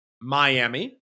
Miami